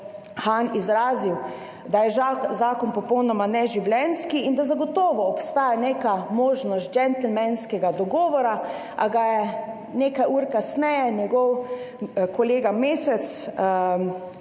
Han izrazil, da je žal zakon popolnoma neživljenjski, in da zagotovo obstaja neka možnost gentlemanskega dogovora, a ga je nekaj ur kasneje njegov kolega Mesec